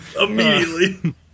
Immediately